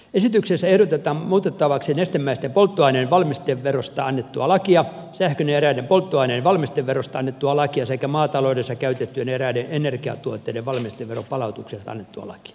esityksessä ehdotetaan muutettavaksi nestemäisten polttoaineiden valmisteverosta annettua lakia sähkön ja eräiden polttoaineiden valmisteverosta annettua lakia sekä maataloudessa käytettyjen eräiden energiatuotteiden valmisteveron palautuksesta annettua lakia